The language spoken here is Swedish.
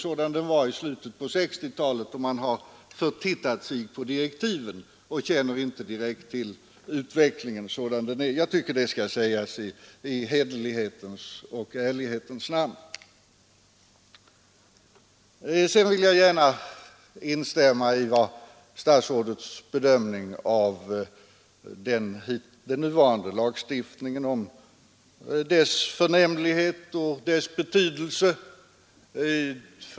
Vidare vill jag gärna instämma i statsrådets bedömning av den nuvarande lagstiftningens förnämlighet och betydelse.